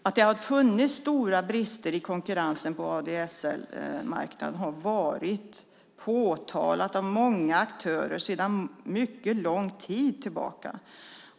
Att det har funnits stora brister i konkurrensen på ADSL-marknaden har påtalats av många aktörer under lång tid tillbaka.